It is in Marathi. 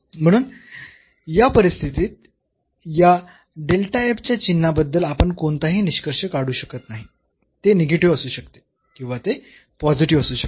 म्हणून या परिस्थितीत या च्या चिन्हाबद्दल आपण कोणताही निष्कर्ष काढू शकत नाही ते निगेटिव्ह असू शकते किंवा ते पॉझिटिव्ह असू शकते